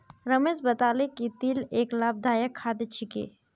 रमेश बताले कि तिल एक लाभदायक खाद्य छिके